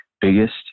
biggest